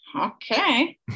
Okay